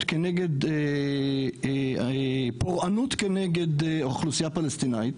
כנגד פורענות כנגד אוכלוסייה פלסטינאית,